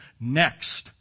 Next